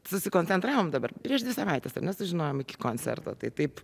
susikoncentravom dabar prieš dvi savaites ar ne sužinojom iki koncerto tai taip